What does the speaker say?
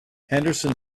henderson